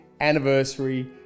anniversary